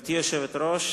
גברתי היושבת-ראש,